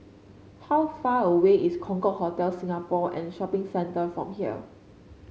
how far away is Concorde Hotel Singapore and Shopping Centre from here